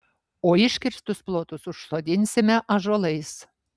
o iškirstus plotus užsodinsime ąžuolais